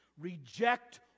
reject